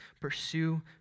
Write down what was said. pursue